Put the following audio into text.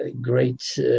great